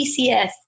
PCS